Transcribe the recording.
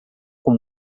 com